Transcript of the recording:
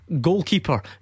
Goalkeeper